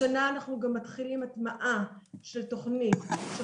השנה אנחנו גם מתחילים הטמעה של תוכנית של